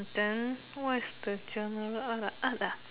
then what is the general art ah art ah